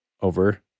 over